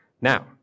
Now